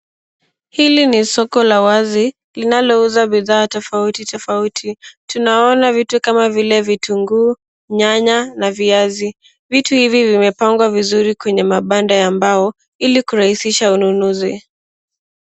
Hili ni soko la wazi linalouza vifaa tofauti tofauti. Tunaona vitu kama vile vitunguu, nynaya na viazi. Vitu hivi vimepangwa vizuri kwenye mabanda ya mbao ili kurahisisha ununuzi.